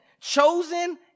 chosen